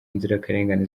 inzirakarengane